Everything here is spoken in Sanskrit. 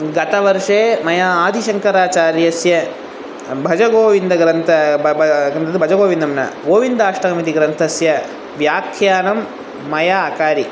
गतवर्षे मया आदिशङ्कराचार्यस्य भजगोविन्दं ग्रन्थः ब ब किं तद् भजगोविन्दं न गोविन्दाष्टकमिति ग्रन्थस्य व्याख्यानं मया अकारि